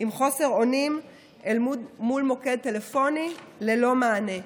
עם חוסר אונים, מול מוקד טלפוני ללא מענה.